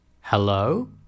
Hello